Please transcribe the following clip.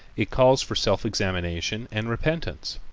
it calls for self-examination and repentance.